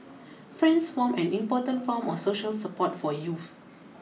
friends form an important form of social support for youths